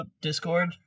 discord